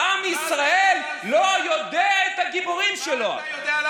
איזו גמרא אתה יודע?